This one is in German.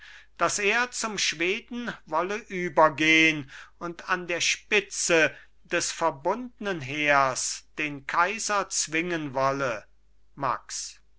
daß er zum schweden wolle übergehn und an der spitze des verbundnen heers den kaiser zwingen wolle max